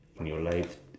in your life